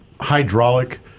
hydraulic